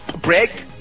break